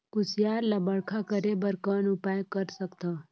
कुसियार ल बड़खा करे बर कौन उपाय कर सकथव?